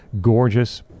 gorgeous